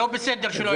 לא בסדר שלא הסכים.